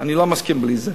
אני לא מסכים בלי זה?